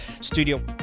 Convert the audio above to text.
studio